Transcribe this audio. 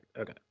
Okay